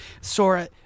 Sora